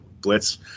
blitz